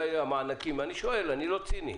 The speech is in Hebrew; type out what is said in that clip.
אני שואל, אני לא ציני,